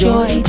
Joy